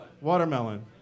Watermelon